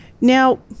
Now